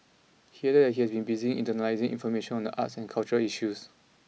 he added that he has been busy internalising information on the arts and cultural issues